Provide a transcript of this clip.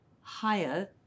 higher